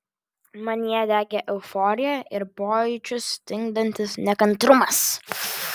manyje degė euforija ir pojūčius stingdantis nekantrumas